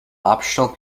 optional